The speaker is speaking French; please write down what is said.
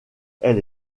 elle